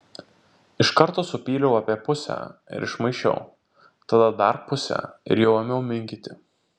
iš karto supyliau apie pusę ir išmaišiau tada dar pusę ir jau ėmiau minkyti